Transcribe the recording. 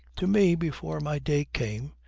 to me, before my day came,